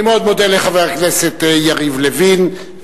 אני מאוד מודה לחבר הכנסת יריב לוין,